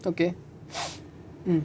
okay